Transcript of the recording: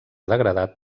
degradat